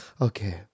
Okay